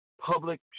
public